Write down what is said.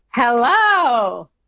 Hello